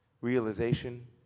realization